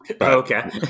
Okay